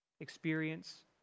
experience